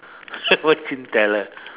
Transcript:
fortune teller